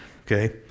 Okay